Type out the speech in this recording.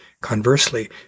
Conversely